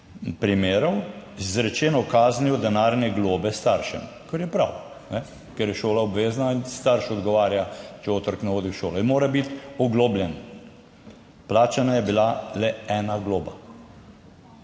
primerov z izrečeno kaznijo denarne globe staršem. Kar je prav, ker je šola obvezna in starš odgovarja, če otrok ne hodi v šolo, in mora biti oglobljen. Plačana je bila le ena globa.